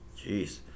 Jeez